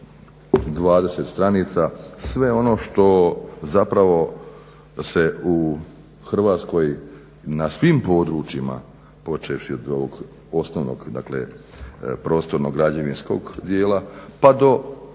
320 stranica sve ono što zapravo se u Hrvatskoj na svim područjima počevši od ovog osnovnog dakle prostorno-građevinskog dijela pa do